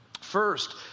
First